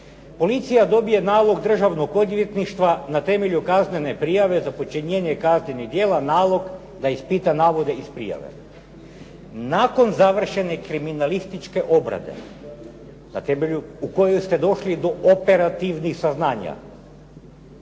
policija dobije nalog Državnog odvjetništva na temelju kaznene prijave za počinjenje kaznenih djela, nalog da ispita navode iz prijave. Nakon završene kriminalističke obrade u kojoj ste došli do operativnih saznanja